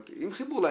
עם חיבור לאינטרנט,